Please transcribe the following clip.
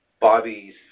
Bobby's